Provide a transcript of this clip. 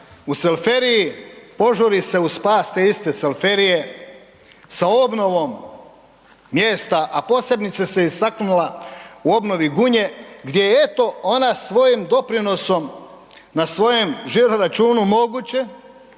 u Cvelferiji požuri se u spas te iste Cvelferije sa obnovom mjesta, a posebice se istaknula u obnovi Gunje gdje je eto ona svojim doprinosom na svojem žiro-računu moguće